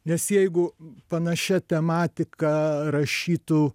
nes jeigu panašia tematika rašytų